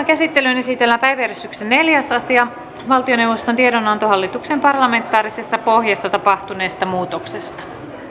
käsittelyyn esitellään päiväjärjestyksen neljäs asia valtioneuvoston tiedonanto hallituksen parlamentaarisessa pohjassa tapahtuneesta muutoksesta